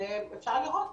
ואפשר לראות.